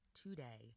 today